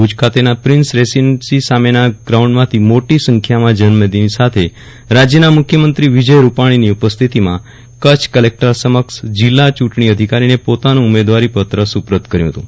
ભૂજ ખાતેના prince residency સામેના થ્રાઉન્ડમાંથી મોટી સંખ્યામાં જનમેદની સાથે રાજયના મુખ્યમંત્રી વિજય રૂપાજીની ઉપસ્થિતિમાં કચ્છ કલેકટર સમક્ષ જિલ્લા ચૂંટજી અધિકારીને પોતાનું ઉમેદવારીપત્ર સુપરત કર્યું હતું